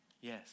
Yes